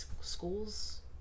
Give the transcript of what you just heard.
schools